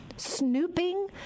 Snooping